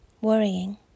worrying